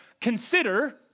consider